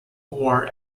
war